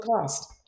cost